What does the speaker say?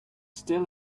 still